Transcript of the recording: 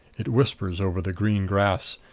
it whispers over the green grass,